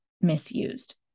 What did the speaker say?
misused